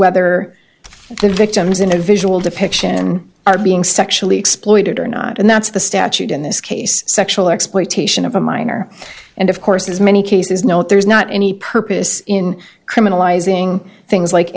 whether the victims in a visual depiction are being sexually exploited or not and that's the statute in this case sexual exploitation of a minor and of course as many cases know it there's not any purpose in criminalizing things like